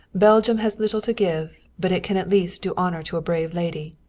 belgium has little to give, but it can at least do honor to a brave lady.